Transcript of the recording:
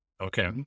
Okay